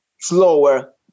slower